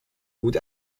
gut